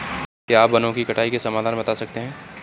क्या आप वनों की कटाई के समाधान बता सकते हैं?